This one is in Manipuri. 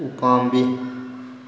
ꯎꯄꯥꯝꯕꯤ